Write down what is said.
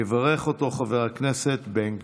יברך אותו חבר הכנסת בן גביר.